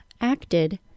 acted